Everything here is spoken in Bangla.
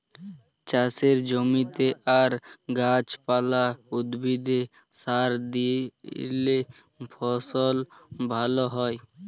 চাষের জমিতে আর গাহাচ পালা, উদ্ভিদে সার দিইলে ফসল ভাল হ্যয়